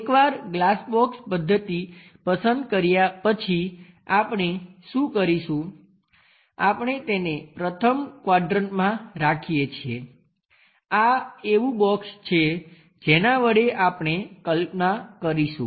એકવાર glass box પદ્ધતિ પસંદ કર્યા પછી આપણે શું કરીશું આપણે તેને પ્રથમ ક્વાડ્રંટમાં રાખીએ છીએ આ એવું બોક્સ છે જેનાં વડે આપણે કલ્પના કરીશું